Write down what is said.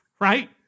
right